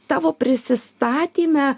tavo prisistatyme